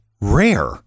rare